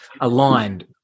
aligned